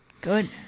Good